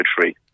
free